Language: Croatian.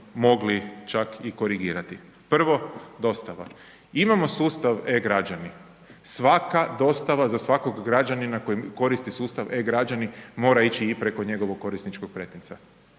mogli čak i korigirati. Prvo, dostava, imamo sustav e-građani, svaka dostava za svakog građanina koji koristi sustav e-građani mora ići i preko njegovog korisničkog pretinca.